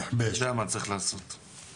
אני מצטרף לברכות על